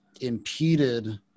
impeded